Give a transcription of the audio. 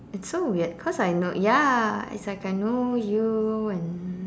it's so weird cause I know ya it's like I know you and